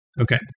Okay